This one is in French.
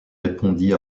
répondit